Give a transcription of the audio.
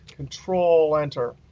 control-enter,